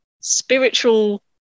spiritual